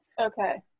Okay